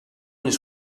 les